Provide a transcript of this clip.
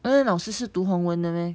蒽蒽老师是读宏文的 meh